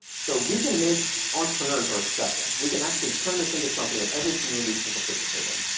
so we can make entrepreneurs our obsession. we can actually turn this into something that every community can participate in.